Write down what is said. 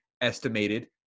estimated